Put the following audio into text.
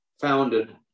founded